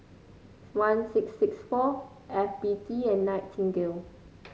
one six six four F B T and Nightingale